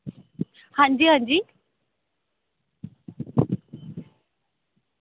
आं जी आं जी